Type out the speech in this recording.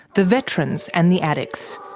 the veterans and the addicts.